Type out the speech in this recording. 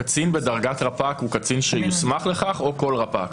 הקצין בדרגת רפ"ק הוא קצין שיוסמך לכך או כל רפ"ק?